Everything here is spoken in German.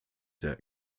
der